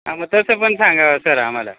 हा मग तसं पण सांगा सर आम्हाला